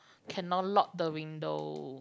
cannot locked the window